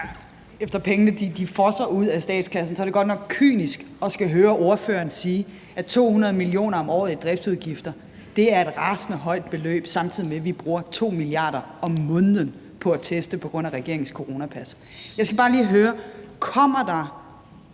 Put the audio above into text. Efter pengene fosser ud af statskassen, er det godt nok kynisk at skulle høre ordføreren sige, at 200 mio. kr. om året i driftsudgifter er et rasende højt beløb, samtidig med at vi bruger 2 mia. kr. om måneden på at teste på grund af regeringens coronapas. Jeg skal bare lige høre: Kommer der